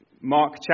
Mark